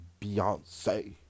Beyonce